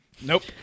nope